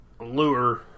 lure